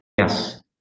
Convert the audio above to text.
Yes